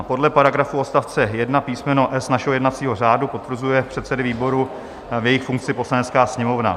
Podle paragrafu odstavce 1 písm. s) našeho jednacího řádu potvrzuje předsedy výboru v jejich funkci Poslanecká sněmovna.